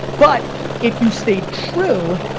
but if you stayed true,